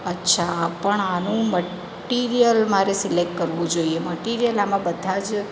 અચ્છા પણ આનું મટિરિયલ મારે સિલેક્ટ કરવું જોઈએ મટિરિયલ આમાં બધા જ